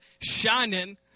shining